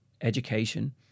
education